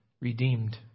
redeemed